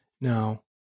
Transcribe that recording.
Now